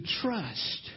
trust